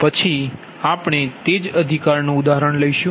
પછી આપણે તે જ અધિકારનું ઉદાહરણ લઈશું